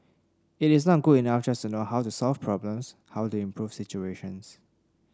it is not good enough just to know how to solve problems how to improve situations